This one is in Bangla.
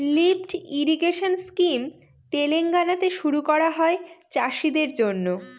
লিফ্ট ইরিগেশেন স্কিম তেলেঙ্গানাতে শুরু করা হয় চাষীদের জন্য